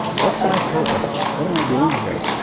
what's my purpose? what am i doing here?